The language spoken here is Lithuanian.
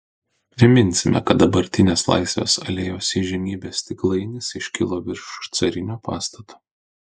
priminsime kad dabartinė laisvės alėjos įžymybė stiklainis iškilo virš carinio pastato